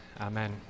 amen